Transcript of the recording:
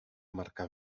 marcar